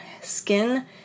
skin